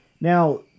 Now